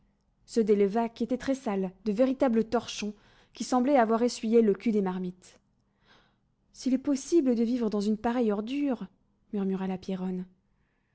ceux des levaque étaient très sales de véritables torchons qui semblaient avoir essuyé le cul des marmites s'il est possible de vivre dans une pareille ordure murmura la